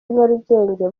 nyarugenge